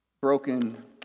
broken